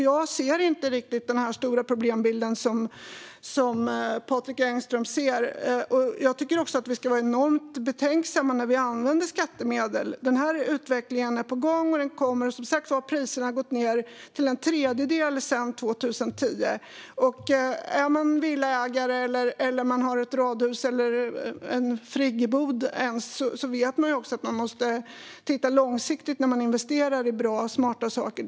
Jag ser inte riktigt den stora problembild som Patrik Engström ser. Jag tycker också att vi ska vara enormt betänksamma när vi använder skattemedel. Denna utveckling är på gång, och priserna har gått ned till en tredjedel sedan 2010. Äger man en villa, ett radhus eller en friggebod vet man att man måste titta långsiktigt när man investerar i bra och smarta saker.